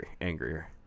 angrier